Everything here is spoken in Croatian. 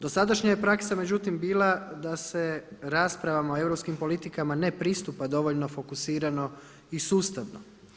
Dosadašnja je praksa međutim bila da se raspravama o europskim politikama ne pristupa dovoljno fokusirano i sustavno.